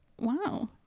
Wow